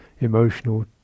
emotional